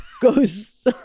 goes